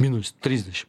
minus trisdešim